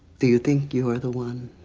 do you think you are the one?